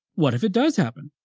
what if it does happen?